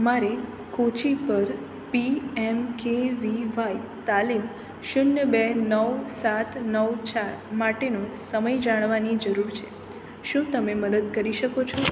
મારે કોચી પર P M K V Y તાલીમ શૂન્ય બે નવ સાત નવ ચાર માટેનો સમય જાણવાની જરૂર છે શું તમે મદદ કરી શકો છો